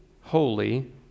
holy